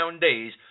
days